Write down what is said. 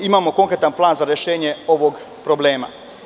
Imamo konkretan plan za rešenje ovog problema.